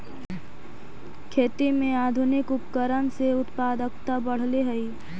खेती में आधुनिक उपकरण से उत्पादकता बढ़ले हइ